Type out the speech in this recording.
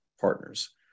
partners